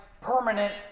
permanent